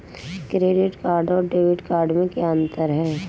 Credit card और debit card में क्या अंतर है?